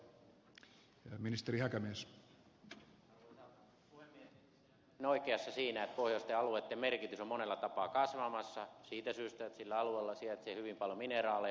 edustaja on täysin oikeassa siinä että pohjoisten alueitten merkitys on monella tapaa kasvamassa siitä syystä että sillä alueella sijaitsee hyvin paljon mineraaleja